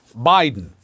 Biden